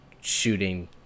shooting